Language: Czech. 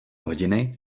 hodiny